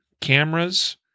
cameras